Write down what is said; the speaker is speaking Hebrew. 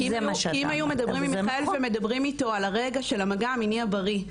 כי אם היו מדברים עם מיכאל ומדברים איתו על הרגע של המגע המיני הבריא.